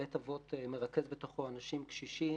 בית אבות מרכז בתוכו אנשים, קשישים